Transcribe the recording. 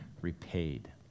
repaid